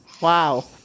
Wow